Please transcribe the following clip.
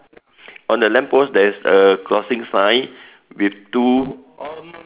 on the lamp post there's a crossing sign with two